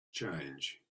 change